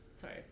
sorry